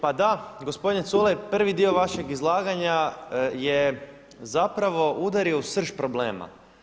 Pa da gospodin Culej, prvi dio vašeg izlaganja je zapravo udario u srž problema.